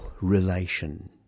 relation